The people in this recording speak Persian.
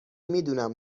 میدونم